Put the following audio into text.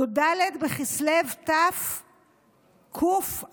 י"ד בכסלו תקע"ד,